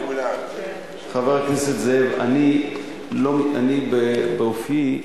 אני באופיי,